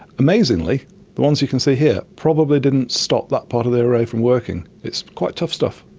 amazingly the ones you can see here probably didn't stop that part of the array from working. it's quite tough stuff.